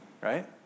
right